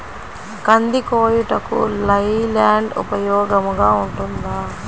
కంది కోయుటకు లై ల్యాండ్ ఉపయోగముగా ఉంటుందా?